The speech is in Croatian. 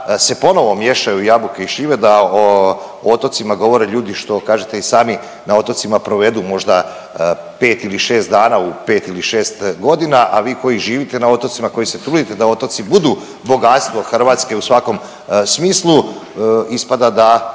da se ponovo miješaju jabuke i šljive, da o otocima govore ljudi što kažete i sami, na otocima provedu možda 5 ili 6 dana u 5 ili 6 godina, a vi koji živite na otocima, koji se trudite da otoci budu bogatstvo Hrvatske u svakom smislu, ispada da